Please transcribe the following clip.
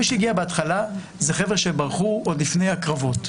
מי שהגיעו בהתחלה הם חבר'ה שברחו עוד לפני הקרבות.